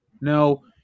no